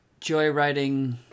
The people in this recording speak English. joyriding